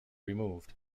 removed